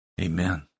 Amen